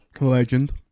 Legend